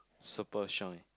super shine